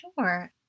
Sure